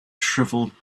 shriveled